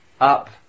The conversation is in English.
up